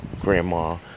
grandma